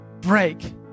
break